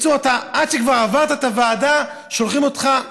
בקיצור, עד שכבר עברת את הוועדה, שולחים אותך.